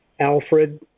Alfred